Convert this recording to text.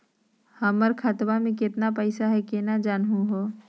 हमर खतवा मे केतना पैसवा हई, केना जानहु हो?